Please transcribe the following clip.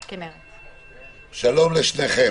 שלום,